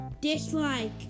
Dislike